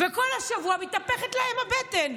וכל השבוע מתהפכת להם הבטן,